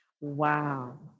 Wow